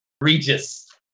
Regis